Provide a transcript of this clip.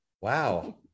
Wow